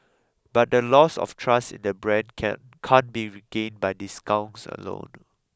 but the loss of trust in the brand can can't be regained by discounts alone